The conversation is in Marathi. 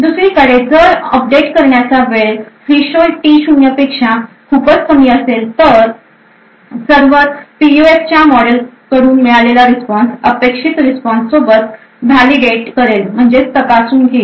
दुसरीकडे जर अपडेट करण्याचा वेळ थ्रीशोल्ड टी 0 पेक्षा खूपच कमी असेल तर सर्व्हर पीयूएफच्या या मॉडेलकडून मिळालेला रिस्पॉन्स अपेक्षित रिस्पॉन्स सोबत व्हॅलिडेट करेल